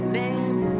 name